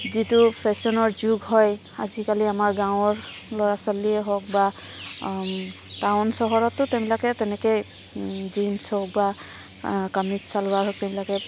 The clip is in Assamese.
যিটো ফেশ্বনৰ যুগ হয় আজিকালি আমাৰ গাঁৱৰ ল'ৰা ছোৱালীয়েই হওক বা টাউন চহৰতো তেওঁবিলাকে তেনেকেই জিন্চ হওক বা কামিজ ছালৱাৰ হওক তেওঁবিলাকে